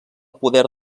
poder